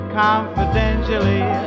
confidentially